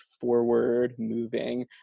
forward-moving